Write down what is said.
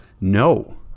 No